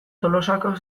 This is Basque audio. tolosako